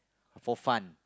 for fun